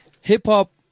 hip-hop